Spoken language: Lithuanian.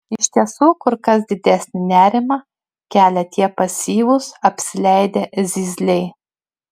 iš tiesų kur kas didesnį nerimą kelia tie pasyvūs apsileidę zyzliai